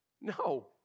No